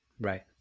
Right